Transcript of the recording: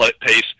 pace